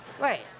Right